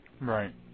Right